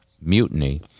mutiny